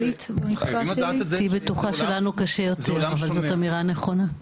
עולם שונה לגמרי --- תהי בטוחה שלנו קשה יותר אבל זאת אמירה נכונה.